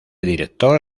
director